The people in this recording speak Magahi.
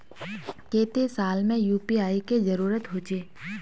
केते साल में यु.पी.आई के जरुरत होचे?